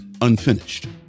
unfinished